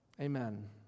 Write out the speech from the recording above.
Amen